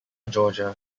georgia